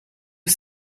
que